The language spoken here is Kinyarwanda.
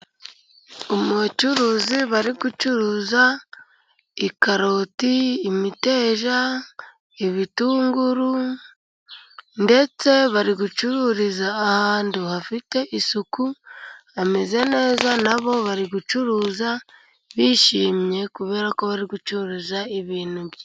Abacuruzi bari gucuruza karoti, imiteja, ibitunguru ndetse bari gucururiza ahantu hafite isuku hameze neza, nabo bari gucuruza bishimye kubera ko bari gucuruza ibintu byi....